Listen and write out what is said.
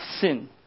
sin